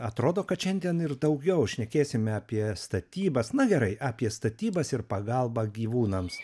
atrodo kad šiandien ir daugiau šnekėsime apie statybas na gerai apie statybas ir pagalbą gyvūnams